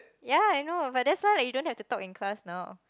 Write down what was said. ya I know but that's why you don't have to talk in class now